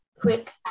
quick